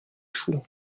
chouans